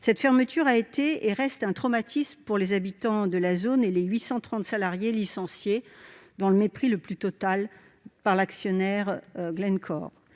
Cette fermeture a été et reste un traumatisme pour les habitants de la zone et les 830 salariés licenciés dans le mépris le plus total par l'actionnaire Glencore.